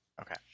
Okay